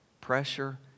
Pressure